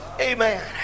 Amen